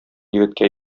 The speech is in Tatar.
егеткә